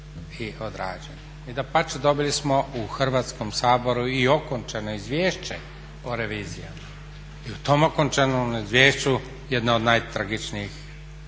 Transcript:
I dapače dobili smo u Hrvatskom saboru i okončano izvješće o revizijama i u tom okončanom izvješću jedna od najtragičnijih